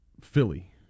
Philly